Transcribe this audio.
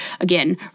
again